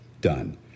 done